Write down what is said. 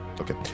Okay